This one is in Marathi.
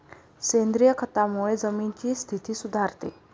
सेंद्रिय खतामुळे जमिनीची स्थिती सुधारते